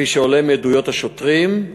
כפי שעולה מעדויות השוטרים,